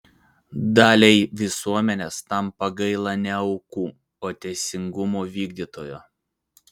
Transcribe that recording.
daliai visuomenės tampa gaila ne aukų o teisingumo vykdytojo